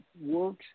works